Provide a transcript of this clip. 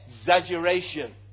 exaggeration